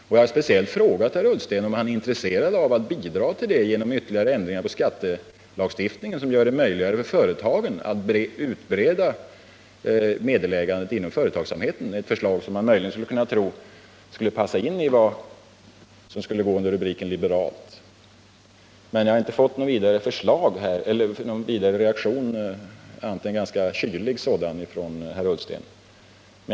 Och jag har speciellt frågat herr Ullsten om han är intresserad av att bidra till det genom ytterligare ändringar i skattelagstiftningen, som gör det möjligt för företagen att utbreda meddelägandet inom företagsamheten — ett förslag som man skulle kunna tro möjligen kunde passa in under rubriken ”liberalt”. Men jag har inte fått någon vidare reaktion, annat än en ganska kylig sådan, från herr Ullsten.